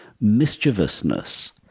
mischievousness